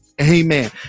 amen